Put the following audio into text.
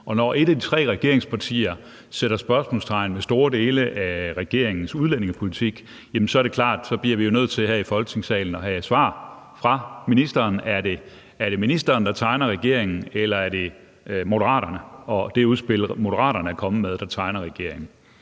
og når et af de tre regeringspartier sætter spørgsmålstegn ved store dele af regeringens udlændingepolitik, er det klart, at så bliver vi nødt til her i Folketingssalen at have et svar fra ministeren på, om det er ministeren, der tegner regeringen, eller om det er Moderaterne og det udspil, Moderaterne er kommet med, der tegner regeringen.